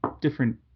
different